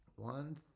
One